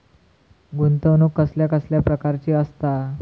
गुंतवणूक कसल्या कसल्या प्रकाराची असता?